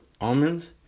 almonds